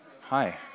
Hi